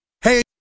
Hey